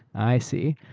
i see.